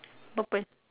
purple